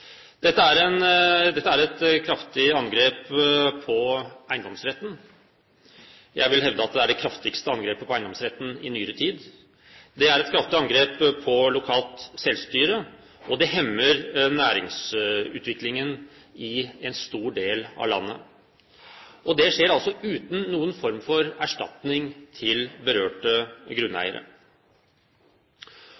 Dette er et kraftig angrep på eiendomsretten. Jeg vil hevde at det er det kraftigste angrepet på eiendomsretten i nyere tid. Det er et kraftig angrep på lokalt selvstyre, og det hemmer næringsutviklingen i en stor del av landet. Og dette skjer altså uten noen form for erstatning til berørte